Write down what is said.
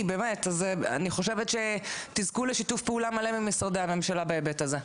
אני חושבת שתזכו לשיתוף פעולה מלא ממשרדי הממשלה בהיבט הזה.